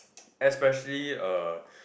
especially uh